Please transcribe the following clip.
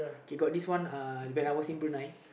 okay got this one uh when I was in Brunei